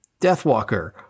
Deathwalker